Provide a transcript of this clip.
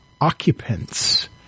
Occupants